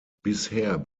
bisher